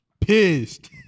pissed